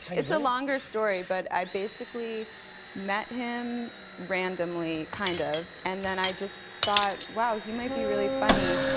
it's a longer story, but i basically met him randomly, kind of, and then i just thought, wow. he might be really funny.